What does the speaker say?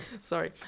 sorry